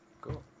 Cool